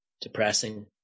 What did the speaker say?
depressing